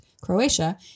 Croatia